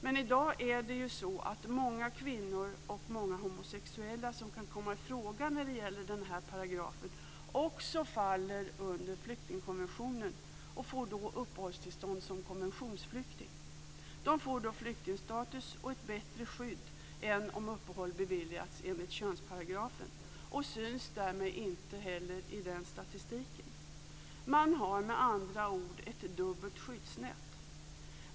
Men i dag är det så att många kvinnor och homosexuella som kan komma i fråga under den här paragrafen också faller under flyktingkonventionen och får uppehållstillstånd som konventionsflyktingar. De får då flyktingstatus och ett bättre skydd än om uppehåll beviljats enligt könsparagrafen och syns därmed inte i statistiken över sådana uppehåll. Man har med andra ord ett dubbelt skyddsnät.